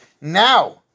Now